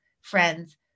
friends